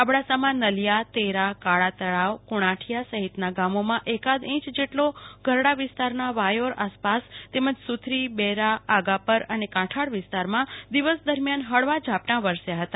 અબડાસામાં નલિયા તેરાકાળાતળાવકુણાઠિયા સહિતના ગામોમાં એકાદ ઈંચ જેટલો ગરડા વિસ્તારના વાયોર આસપાસ તેમજ સુથરી બેરા આધાપર અને કાંઠાણ વિસ્તારમાં દિવસ દરમ્યાન હળવા ઝાપટા વરસ્યા હતા